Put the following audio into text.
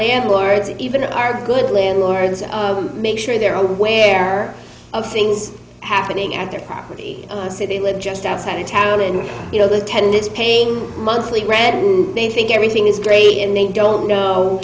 landlords even are good landlords of make sure they're aware of things happening at their property and the city live just outside of town and you know the attendance paying monthly read and they think everything is great and they don't know